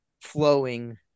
flowing